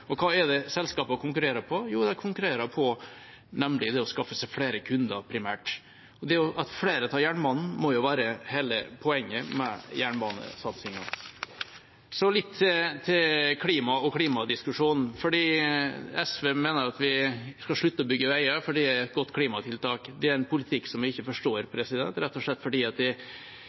Og hva er det selskapene konkurrerer om? Jo, de konkurrerer nemlig primært om det å skaffe seg flere kunder. Det at flere tar jernbanen, må jo være hele poenget med jernbanesatsingen. Så litt til klima og klimadiskusjonen. SV mener vi skal slutte å bygge veier fordi det er et godt klimatiltak. Det er en politikk jeg ikke forstår, rett og slett fordi